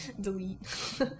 Delete